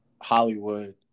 hollywood